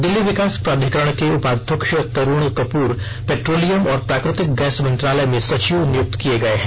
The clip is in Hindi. दिल्ली विकास प्राधिकरण के उपाध्यक्ष तरूण कपूर पेट्रोलियम और प्राकृतिक गैस मंत्रालय में सचिव नियुक्त किए गए हैं